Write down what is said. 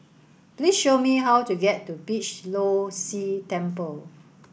please show me how to get to Beeh Low See Temple